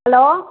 hello